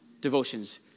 devotions